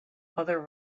other